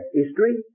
history